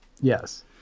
yes